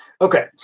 Okay